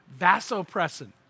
vasopressin